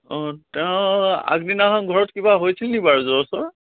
অঁ তেওঁ আগদিনাখন ঘৰত কিবা হৈছিল নি জ্বৰ চৰ